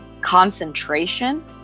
concentration